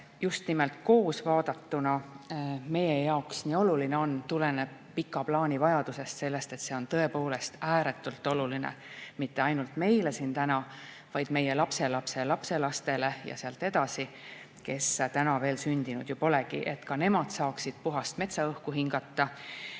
just nimelt koos vaadatuna meie jaoks nii olulised on, tuleneb pika plaani vajadusest – sellest, et see on tõepoolest ääretult oluline. Mitte ainult meile siin täna, vaid meie lapselapselapselastele ja sealt edasi, kes polegi veel sündinud. Et ka nemad saaksid puhast metsaõhku hingata,